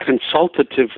consultative